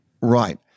Right